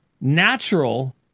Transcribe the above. natural